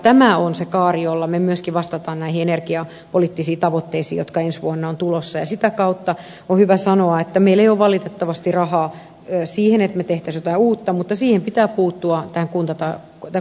tämä on se kaari jolla me myöskin vastaamme näihin energiapoliittisiin tavoitteisiin jotka ensi vuonna ovat tulossa ja sitä kautta on hyvä sanoa että meillä ei ole valitettavasti rahaa siihen että me tekisimme jotain uutta mutta pitää puuttua kuntotarkastajien ongelmiin